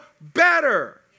better